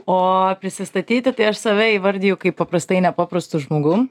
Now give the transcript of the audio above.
o prisistatyti tai aš save įvardiju kaip paprastai nepaprastu žmogum